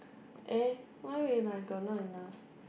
eh why we like got not enough